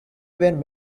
when